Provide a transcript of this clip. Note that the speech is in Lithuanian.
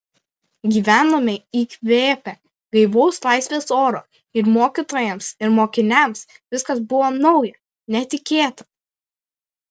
gyvenome įkvėpę gaivaus laisvės oro ir mokytojams ir mokiniams viskas buvo nauja netikėta